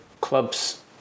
clubs